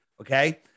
Okay